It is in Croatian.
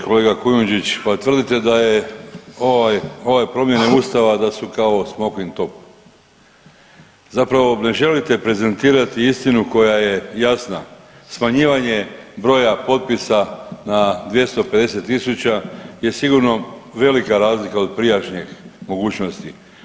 Kolega Kujundžić, pa tvrdite da je ovaj, ove promjene ustava da su kao smokvin top, zapravo ne želite prezentirati istinu koja je jasna, smanjivanje broja potpisa na 250 tisuća je sigurno velika razlika od prijašnjih mogućnosti.